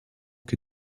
que